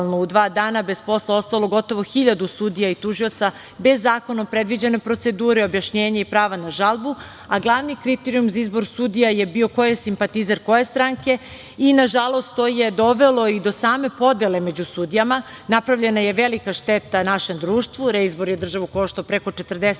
u dva dana bez posla ostalo gotovo 1.000 sudija i tužilaca, bez zakonom predviđene procedure, objašnjenja i prava na žalbu, a glavni kriterijum za izbor sudija je bio ko je simpatizer koje stranke i nažalost to je dovelo i do same podele među sudijama. Napravljena je velika šteta našem društvu, reizbor je državu koštao preko 40